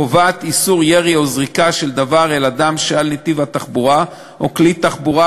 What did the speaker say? הקובעת איסור ירי או זריקת דבר אל אדם שעל נתיב תחבורה או כלי תחבורה